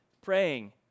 praying